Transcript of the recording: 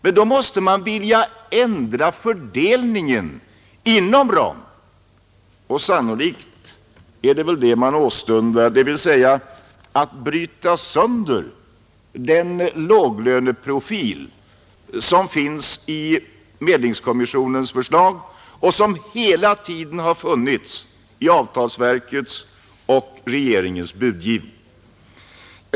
Men då måste man vilja ändra på fördelningen inom ramen, och sannolikt är det väl det man åstundar, dvs. att bryta sönder den låglöneprofil som finns i medlingskommissionens förslag och som hela tiden har funnits i avtalsverkets och regeringens budgivning.